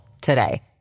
today